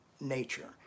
nature